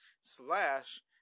slash